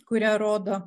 kuria rodo